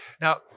Now